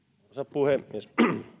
puhemies